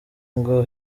ngo